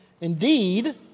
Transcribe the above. Indeed